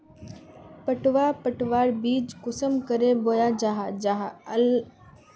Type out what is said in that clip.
पटवा पटवार बीज कुंसम करे बोया जाहा जाहा आर लगवार प्रकारेर कैडा होचे आर लगवार संगकर की जाहा?